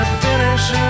finish